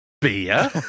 beer